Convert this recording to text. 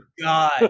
God